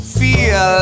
feel